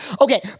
okay